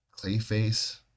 clayface